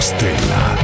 Stella